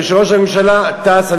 כשראש הממשלה טס,